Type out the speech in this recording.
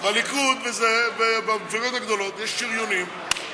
בליכוד וזה, במפלגות הגדולות, יש שריונים,